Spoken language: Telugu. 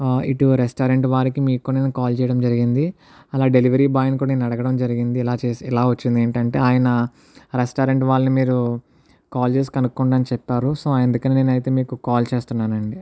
ఇటు రెస్టారెంట్ వారికి మీకు నేను కాల్ చేయడం జరిగింది అలా డెలివరీ బాయ్ని కూడా నేను అడగడం జరిగింది ఇలా చేసి ఇలా వచ్చింది ఏంటి అంటే ఆయన రెస్టారెంట్ వాళ్ళని మీరు కాల్ చేసి కనుక్కోండి అని చెప్పారు సో అందుకని నేను అయితే మీకు కాల్ చేస్తున్నాను అండి